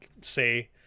say